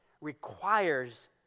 requires